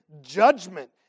judgment